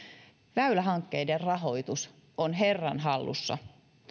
väylähankkeiden rahoitus on herran hallussa